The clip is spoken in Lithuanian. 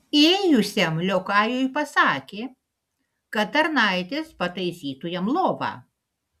įėjusiam liokajui pasakė kad tarnaitės pataisytų jam lovą